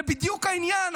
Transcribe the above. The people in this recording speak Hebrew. זה בדיוק העניין.